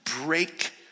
break